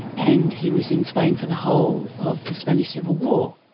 and he was in spain for the whole of the spanish civil war.